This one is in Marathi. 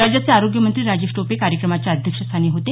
राज्याचे आरोग्यमंत्री राजेश टोपे कार्यक्रमाच्या अध्यक्षस्थानी होते